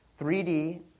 3D